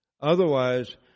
Otherwise